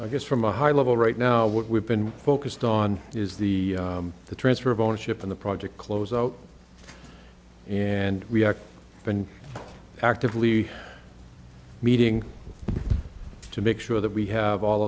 i guess from a high level right now what we've been focused on is the the transfer of ownership in the project close out and we have been actively meeting to make sure that we have all